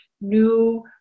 new